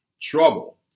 trouble